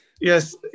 Yes